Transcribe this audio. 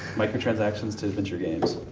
micro transactions to adventure games.